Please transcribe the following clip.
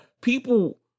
people